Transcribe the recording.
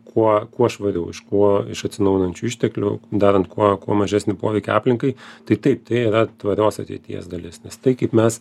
kuo kuo švariau iš kuo iš atsinaujinančių išteklių darant kuo kuo mažesnį poveikį aplinkai tai taip tai yra tvarios ateities dalis nes tai kaip mes